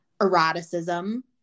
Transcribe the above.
eroticism